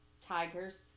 tigers